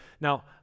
Now